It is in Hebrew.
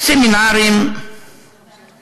מהם הם סמינרים למורים,